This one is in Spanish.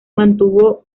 mantuvo